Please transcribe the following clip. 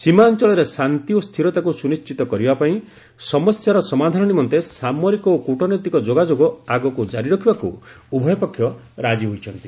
ସୀମା ଅଞ୍ଚଳରେ ଶାନ୍ତି ଓ ସ୍ଥିରତାକୁ ସୁନିଶ୍ଚିତ କରିବା ପାଇଁ ସମସ୍ୟାର ସମାଧାନ ନିମନ୍ତେ ସାମରିକ ଓ କୁଟନୈତିକ ଯୋଗାଯୋଗ ଆଗକୁ ଜାରି ରଖିବାକୁ ଉଭୟ ପକ୍ଷ ରାଜି ହୋଇଛନ୍ତି